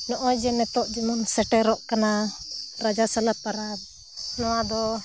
ᱱᱚᱜ ᱚᱭ ᱡᱮ ᱱᱤᱛᱳᱜ ᱡᱮᱢᱚᱱ ᱥᱮᱴᱮᱨᱚᱜ ᱠᱟᱱᱟ ᱨᱟᱡᱟ ᱥᱟᱞᱟ ᱯᱟᱨᱟᱵᱽ ᱱᱚᱣᱟ ᱫᱚ